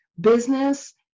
business